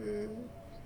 mm